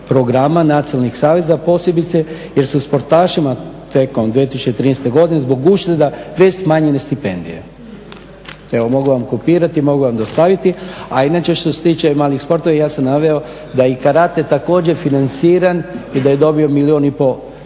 programa nacionalnih saveza, posebice jer su sportašima tijekom 2013. godine zbog ušteda već smanjene stipendije." Evo, mogu vam kopirati i mogu vam dostaviti. A inače što se tiče malih sportova ja sam naveo da je i karate također financiran i da je dobio milijun i pol